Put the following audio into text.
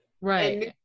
right